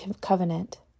covenant